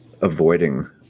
avoiding